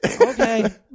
Okay